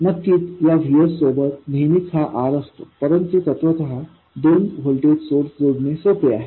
नक्कीच याVSसोबत नेहमीच हा R असतो परंतु तत्त्वतः दोन व्होल्टेज सोर्स जोडणे सोपे आहे